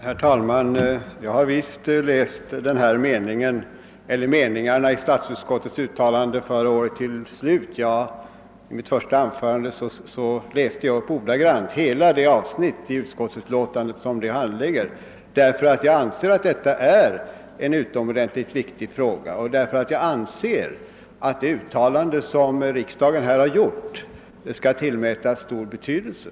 Herr talman! Jo, jag har visst läst meningen i statsutskottets utlåtande förra året till slut. I mitt första anförande läste jag ordagrant upp hela det avsnitt i statsutskottets utlåtande som det här rör sig om. Jag anser nämligen detta vara en utomordentligt viktig fråga, och jag menar också att det uttalande som riksdagen gjort skall tillmätas stor betydelse.